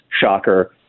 shocker